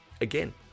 again